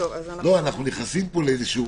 אנחנו נכנסים פה לאיזשהן